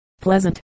Pleasant